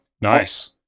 Nice